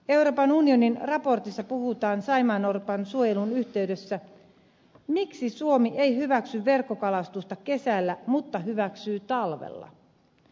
euroopan unionin raportissa puhutaan saimaannorpan suojelun yhteydessä miksi suomi ei hyväksy verkkokalastusta kesällä mutta hyväksyy talvella